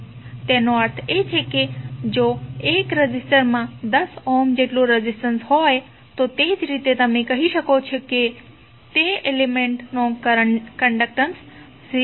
તેનો અર્થ એ કે જો 1 રેઝિસ્ટરમાં 10 ઓહ્મ જેટલું રેઝિસ્ટન્સ હોય છે તે જ રીતે તમે કહી શકો છો તે એલિમેન્ટ્ નો કન્ડકટન્સ 0